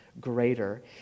greater